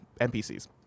NPCs